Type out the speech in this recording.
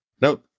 No